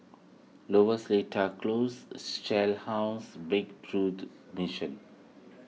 Lower Seletar Close Shell House Breakthrough Mission